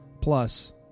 plus